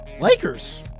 Lakers